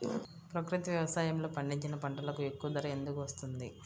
ప్రకృతి వ్యవసాయములో పండించిన పంటలకు ఎక్కువ ధర ఎందుకు వస్తుంది?